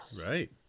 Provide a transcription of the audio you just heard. Right